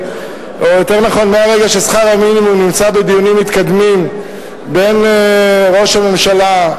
או יותר נכון מהרגע ששכר המינימום נמצא בדיונים מתקדמים בין ראש הממשלה,